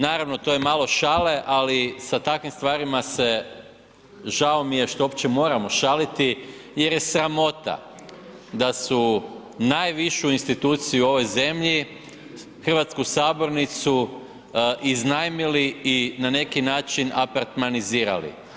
Naravno to je malo šale, ali sa takvim stvarima se žao mi je što uopće moramo šaliti jer je sramota da su najvišu instituciju hrvatsku sabornicu iznajmili i na neki način apartmanizirali.